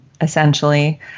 essentially